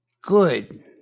good